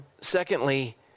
Secondly